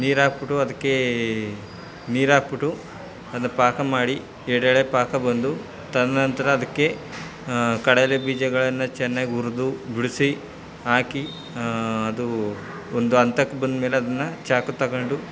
ನೀರಾಕಿಬಿಟ್ಟು ಅದಕ್ಕೆ ನೀರಾಕಿಬಿಟ್ಟು ಅದನ್ನು ಪಾಕ ಮಾಡಿ ಎರಡೆಳೆ ಪಾಕ ಬಂದು ತದ ನಂತರ ಅದಕ್ಕೆ ಕಡಲೆ ಬೀಜಗಳನ್ನು ಚೆನ್ನಾಗಿ ಹುರ್ದು ಬಿಡಿಸಿ ಹಾಕಿ ಅದು ಒಂದು ಹಂತಕ್ಕೆ ಬಂದಮೇಲೆ ಅದನ್ನು ಚಾಕು ತಗೊಂಡು